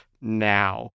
now